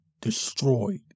destroyed